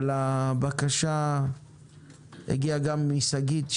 אבל הבקשה הגיעה גם משגית בהסטקר,